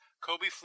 Kobe